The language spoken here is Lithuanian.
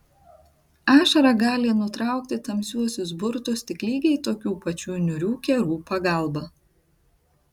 ašara gali nutraukti tamsiuosius burtus tik lygiai tokių pačių niūrių kerų pagalba